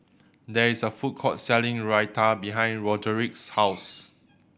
there is a food court selling Raita behind Roderick's house